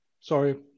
sorry